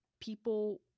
people